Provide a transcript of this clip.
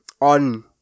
on